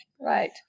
right